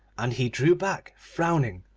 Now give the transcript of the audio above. and he drew back frowning,